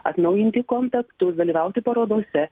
atnaujinti kontaktus dalyvauti parodose